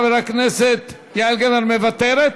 חברת הכנסת יעל גרמן, מוותרת?